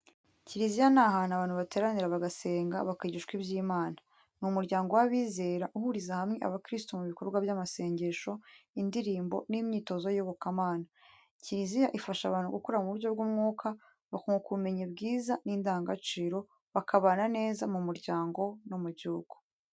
Kiliziya ni ahantu abantu bateranira bagasenga bakigishwa iby’Imana. Ni umuryango w’abizera uhuriza hamwe abakirisitu mu bikorwa by’amasengesho, indirimbo n’imyitozo y’iyobokamana. Kiliziya ifasha abantu gukura mu buryo bw’umwuka, bakunguka ubumenyi bwiza n’indangagaciro, bakabana neza mu muryango no mu gihugu.